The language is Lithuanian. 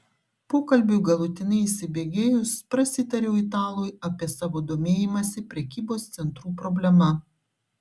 pokalbiui galutinai įsibėgėjus prasitariau italui apie savo domėjimąsi prekybos centrų problema